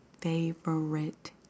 favorite